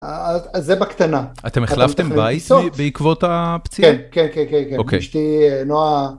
אז זה בקטנה. אתם החלפתם בית בעקבות הפציעה? כן, כן, כן. אשתי נועה...